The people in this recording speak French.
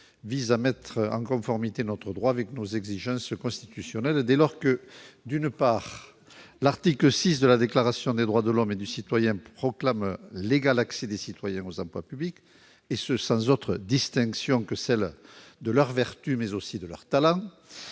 vise à mettre en conformité notre droit avec nos exigences constitutionnelles, dès lors que, d'une part, l'article 6 de la Déclaration des droits de l'homme et du citoyen proclame l'égal accès des citoyens aux emplois publics, « sans autre distinction que celle de leurs vertus et de leurs talents